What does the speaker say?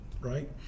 right